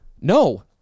No